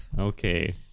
Okay